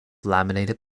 laminated